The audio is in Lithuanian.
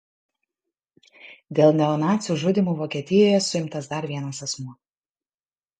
dėl neonacių žudymų vokietijoje suimtas dar vienas asmuo